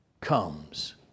comes